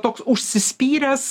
toks užsispyręs